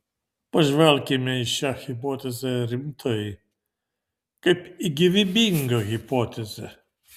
pažvelkime į šią hipotezę rimtai kaip į gyvybingą hipotezę